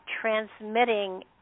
transmitting